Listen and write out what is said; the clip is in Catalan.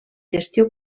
gestió